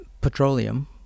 petroleum